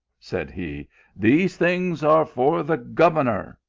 said he these things are for the gov ernor.